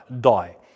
die